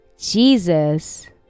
Jesus